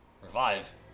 Revive